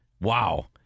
Wow